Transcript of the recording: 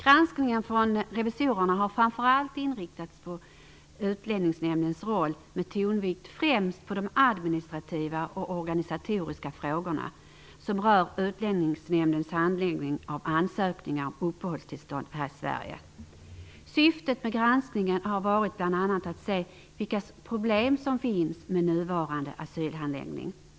Revisorernas granskning har framför allt inriktats på Utlänningsnämndens roll, med tonvikt främst på de administrativa och organisatoriska frågor som rör Utlänningsnämndens handläggning av ansökningar om uppehållstillstånd i Sverige. Syftet med granskningen har varit bl.a. att se vilka problem som finns med nuvarande handläggning av asylärenden.